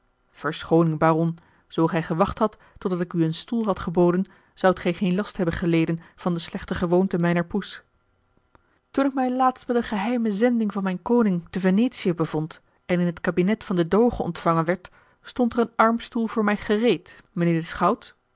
verschooning baron zoo gij gewacht hadt totdat ik u een stoel had geboden zoudt oussaint geen last hebben geleden van de slechte gewoonte mijner poes toen ik mij laatst met eene geheime zending van mijn koning te venetië bevond en in het kabinet van den doge ontvangen werd stond er een armstoel voor mij gereed mijnheer de schout